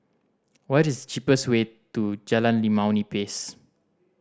what is the cheapest way to Jalan Limau Nipis